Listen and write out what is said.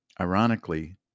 Ironically